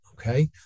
Okay